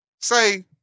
Say